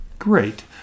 Great